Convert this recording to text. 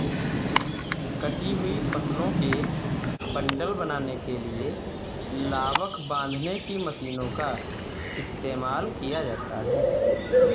कटी हुई फसलों के बंडल बनाने के लिए लावक बांधने की मशीनों का इस्तेमाल किया जाता है